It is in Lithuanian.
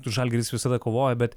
žalgiris visada kovoja bet